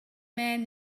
man